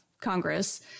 Congress